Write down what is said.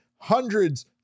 hundreds